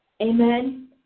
Amen